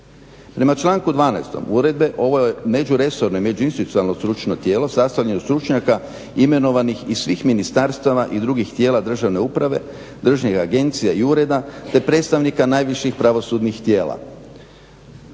Prema članku 12. Uredbe ovo je međuresorno, međuinstitucionalno stručno tijelo sastavljeno od stručnjaka imenovanih i svih ministarstava i drugih tijela državne uprave, državnih agencija i ureda te predstavnika najviših pravosudnih tijela,